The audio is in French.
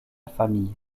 famille